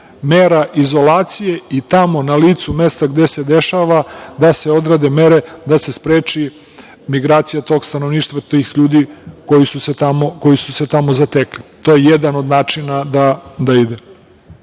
mera izolacije i tamo na licu mesta gde se dešava da se odrade mere, da se spreči migracija tog stanovništva i tih ljudi koji su se tamo zatekli. To je jedan od načina da